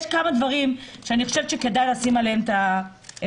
יש כמה דברים שאני חושבת שכדאי לתת עליהם את הדעת.